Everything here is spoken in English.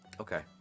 Okay